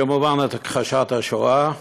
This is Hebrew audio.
וכמובן את הכחשת השואה.